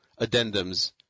addendums